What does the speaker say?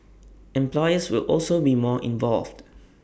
employees will also be more involved